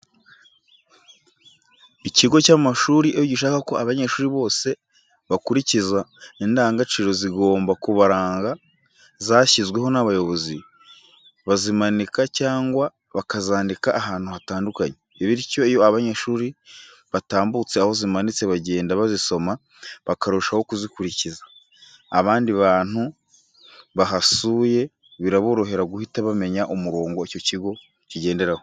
Icyigo cy'amashuri iyo gishaka ko abanyeshuri bose bakurikiza indangagaciro zigomba kubaranga zashyizweho n'abayobozi, bazimanika cyangwa bakazandika ahantu hatandukanye. Bityo iyo abanyeshuri batambutse aho zimanitse bagenda bazisoma bakarushaho kuzikurikiza. Abandi bantu bahasuye biraborohera guhita bamenya umurongo icyo kigo kigenderaho.